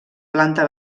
planta